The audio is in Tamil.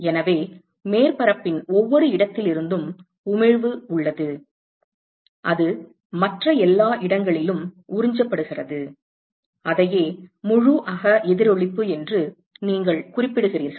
எனவே மேற்பரப்பின் ஒவ்வொரு இடத்திலிருந்தும் உமிழ்வு உள்ளது அது மற்ற எல்லா இடங்களிலும் உறிஞ்சப்படுகிறது அதையே முழு அக எதிரொளிப்பு என்று நீங்கள் குறிப்பிடுகிறீர்கள்